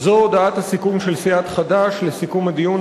זו הודעת הסיכום של סיעת חד"ש לסיכום הדיון